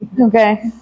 Okay